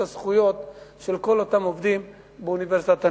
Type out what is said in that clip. הזכויות של כל אותם עובדים באוניברסיטת הנגב.